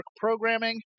programming